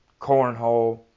Cornhole